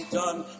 done